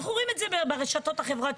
אנחנו רואים את זה ברשתות החברתיות,